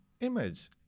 image